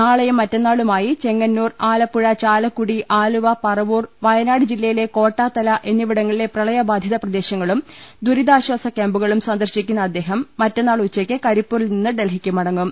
നാളെയും മറ്റന്നാളുമായി ചെങ്ങന്നൂർ ആലപ്പുഴ ചാല ക്കുടി ആലുവ പറവൂർ വയനാട് ജില്ലയിലെ കോട്ടാത്തല എന്നിവിടങ്ങ ളിലെ പ്രളയബാധിത പ്രദേശങ്ങളും ദുരിതാശ്ചാസ ക്യാമ്പുകളും സന്ദർശി ക്കുന്ന അദ്ദേഹം മറ്റന്നാൾ ഉച്ചയ്ക്ക് കരിപ്പൂരിൽ നിന്ന് ഡൽഹിക്ക് മട ങ്ങും